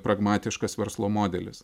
pragmatiškas verslo modelis